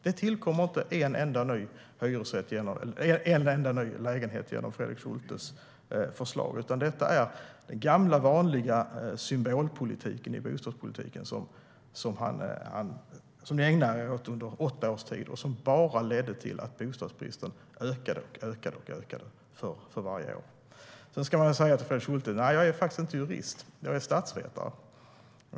Det tillkommer inte en enda ny lägenhet med Fredrik Schultes förslag, utan det är samma gamla symbolpolitik i fråga om bostäder som den som man ägnade sig åt under åtta års tid och som ledde till att bostadsbristen ökade för varje år. Sedan vill jag säga till Fredrik Schulte att jag faktiskt inte är jurist. Jag är statsvetare.